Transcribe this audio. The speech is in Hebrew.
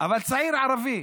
אבל צעיר ערבי